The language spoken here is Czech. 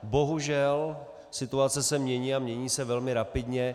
Bohužel situace se mění, a mění se velmi rapidně.